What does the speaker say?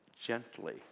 gently